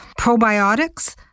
Probiotics